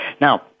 Now